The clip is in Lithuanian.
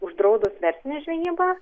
uždraudus verslinę žvejybą